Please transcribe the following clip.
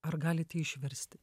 ar galite išversti